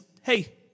hey